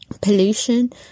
pollution